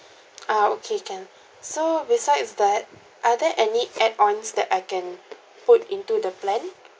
ah okay can so besides that are there any add on that I can put into the plan